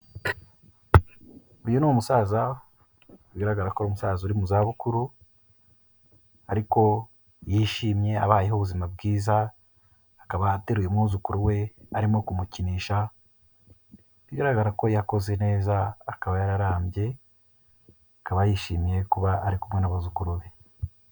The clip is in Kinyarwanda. Uyu ni umusaza bigaragara ko ari umusaza uri mu za bukuru, ariko yishimye abayeho ubuzima bwiza, akaba ateruye umwuzukuru we arimo kumukinisha bigaragara ko yakoze neza akaba yarambye akaba yishimiye kuba ari kumwe n'abazukuru be.